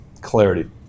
clarity